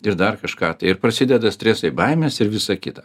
ir dar kažką ir prasideda stresai baimės ir visa kita